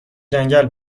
جنگل